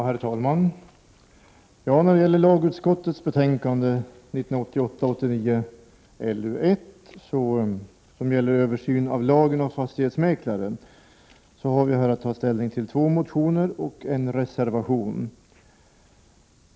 Herr talman! Lagutskottets betänkande 1988/89:LU1 gäller en översyn av lagen om fastighetsmäklare. Vi har här att ta ställning till två motioner och en reservation.